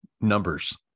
numbers